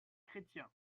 chrétien